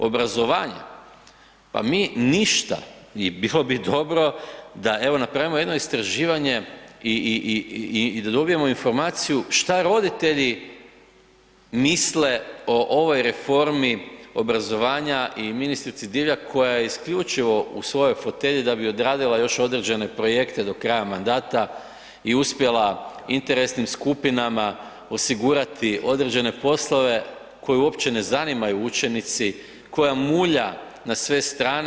Obrazovanje, pa mi ništa i bilo bi dobro da napravimo jedno istraživanje i da dobijemo informaciju šta roditelji misle o ovoj reformi obrazovanja i ministrici Divjak koja isključivo u svojoj fotelji da bi odradila još određene projekte do kraja mandata i uspjela interesnim skupinama osigurati određene poslove koje uopće ne zanimaju učenici, koja mulja na sve strane.